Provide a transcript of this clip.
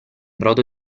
brodo